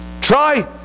Try